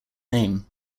name